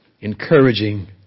encouraging